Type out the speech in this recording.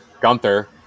Gunther